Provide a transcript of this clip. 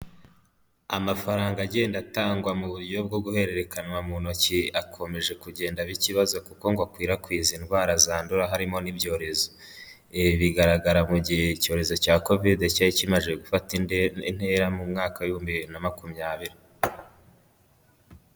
Amafaranga agenda atangwa mu buryo bwo guhererekanywa mu ntoki akomeje kugenda aba ikibazo kuko ngo akwirakwiza indwara zandura harimo n'ibyorezo. Ibi bigaragara mu gihe icyorezo cya Kovide cyari kimajije gufata indi ntera mu mwaka w'ibihumbi bibiri na makumyabiri.